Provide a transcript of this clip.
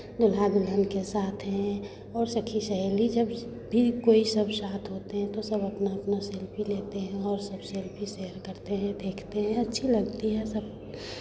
दूल्हा दुल्हन के साथ हैं और सखी सहेली जब भी कोई सब साथ होते हैं तो सब अपना अपना सेल्फी लेते हैं और सब सेल्फी शेयर करते हैं देखते हैं अच्छी लगती है सब